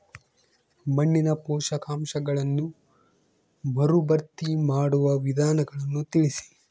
ಮಣ್ಣಿನ ಪೋಷಕಾಂಶಗಳನ್ನು ಮರುಭರ್ತಿ ಮಾಡುವ ವಿಧಾನಗಳನ್ನು ತಿಳಿಸಿ?